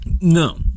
No